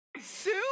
Sue